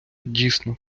дійсно